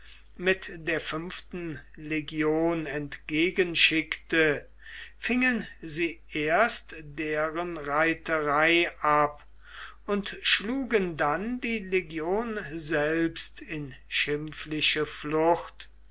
mit der fünften legion entgegenschickte fingen sie erst deren reiterei ab und schlugen dann die legion selbst in schimpfliche flucht